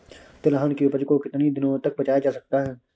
तिलहन की उपज को कितनी दिनों तक बचाया जा सकता है?